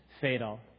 fatal